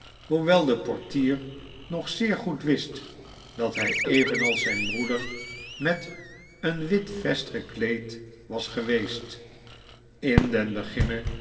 hoewel de portier nog zeer goed wist dat hij evenals zijn broeder met een wit vest gekleed was geweest in den beginne